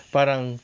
Parang